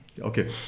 okay